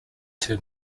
two